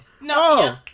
no